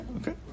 okay